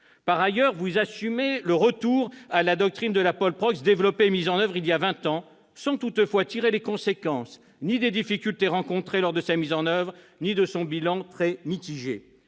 Par ailleurs, vous assumez le retour à la doctrine de la polprox développée et mise en oeuvre il y a vingt ans, sans toutefois tirer les conséquences ni des difficultés rencontrées lors de sa mise en oeuvre ni de son bilan, très mitigé.